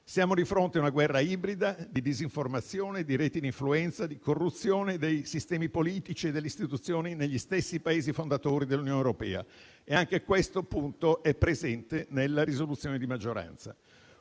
Siamo di fronte a una guerra ibrida di disinformazione, di reti di influenza, di corruzione dei sistemi politici e delle istituzioni negli stessi Paesi fondatori dell'Unione europea e anche questo punto è presente nella risoluzione di maggioranza.